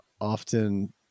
often